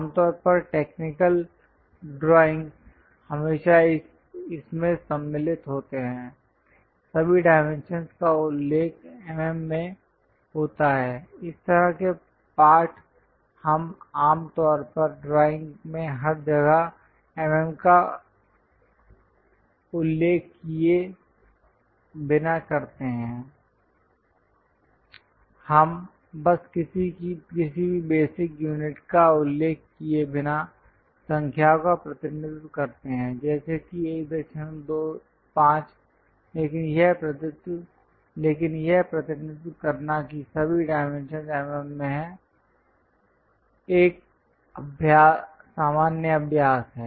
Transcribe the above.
आमतौर पर technical drawings हमेशा इसमें सम्मिलित होते हैं सभी डाइमेंशंस का उल्लेख mm में होता है इस तरह के टेक्स्ट हम आम तौर पर ड्राइंग में हर जगह mm का उल्लेख किए बिना करते हैं हम बस किसी भी बेसिक यूनिट का उल्लेख किए बिना संख्याओं का प्रतिनिधित्व करते हैं जैसे कि 125 लेकिन यह प्रतिनिधित्व करना कि सभी डाइमेंशंस mm में हैं एक सामान्य अभ्यास है